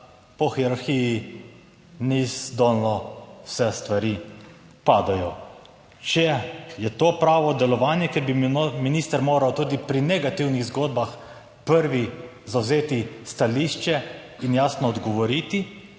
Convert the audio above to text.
po hierarhiji / nerazumljivo/ vse stvari padejo. Če je to pravo delovanje, ker bi minister moral tudi pri negativnih zgodbah prvi zavzeti stališče in jasno odgovoriti,